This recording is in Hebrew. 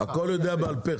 הכול הוא יודע בעל פה.